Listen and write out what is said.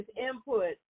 input